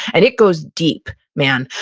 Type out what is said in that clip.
and it goes deep, man.